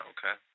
Okay